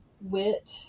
wit